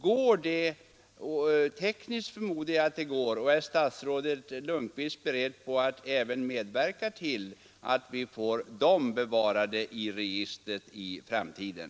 Är det möjligt — tekniskt förmodar jag att det kan genomföras — och är statsrådet Lundkvist beredd att medverka till att vi får sockennamnen bevarade i registren även i framtiden?